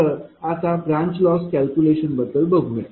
तर आता branch loss calculation बद्दल बघूया